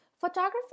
Photography